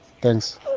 Thanks